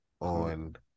on